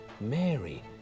Mary